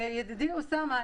וידידי אוסאמה,